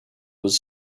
was